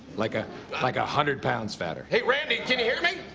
like a like a hundred pounds fatter. hey, randy, can you hear me?